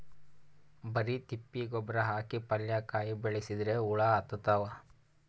ಬರಿ ತಿಪ್ಪಿ ಗೊಬ್ಬರ ಹಾಕಿ ಪಲ್ಯಾಕಾಯಿ ಬೆಳಸಿದ್ರ ಹುಳ ಹತ್ತತಾವ?